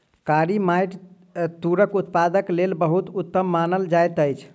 कारी माइट तूरक उत्पादनक लेल बहुत उत्तम मानल जाइत अछि